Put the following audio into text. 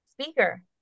speaker